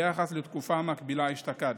ביחס לתקופה המקבילה אשתקד.